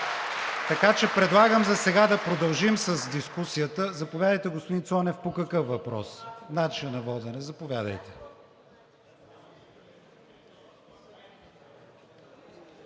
Така че предлагам засега да продължим с дискусията. Заповядайте, господин Цонев По какъв въпрос? Начин на водене, заповядайте.